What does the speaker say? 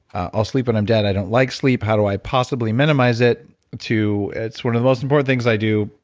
i'll sleep when i'm dead, i don't like sleep. how do i possibly minimize it to, it's one of the most important things i do.